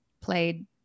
played